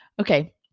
Okay